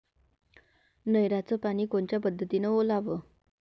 नयराचं पानी कोनच्या पद्धतीनं ओलाव?